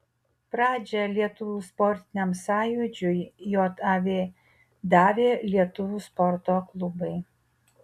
pradžią lietuvių sportiniam sąjūdžiui jav davė lietuvių sporto klubai